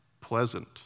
pleasant